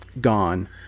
gone